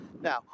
Now